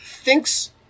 Thinks